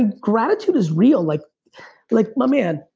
and gratitude is real like like my man,